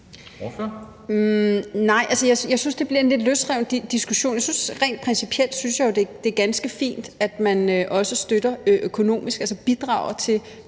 (NB): Nej, jeg synes, det bliver en lidt løsreven diskussion. Rent principielt synes jeg jo, at det er ganske fint, at man også støtter økonomisk, altså bidrager til